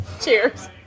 Cheers